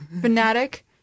fanatic